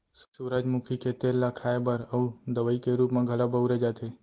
सूरजमुखी के तेल ल खाए बर अउ दवइ के रूप म घलौ बउरे जाथे